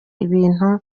ibintu